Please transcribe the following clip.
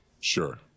Sure